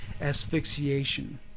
asphyxiation